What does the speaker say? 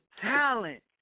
talent